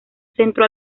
centro